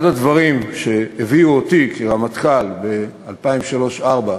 אחד הדברים שהביאו אותי כרמטכ"ל ב-2003, 2004,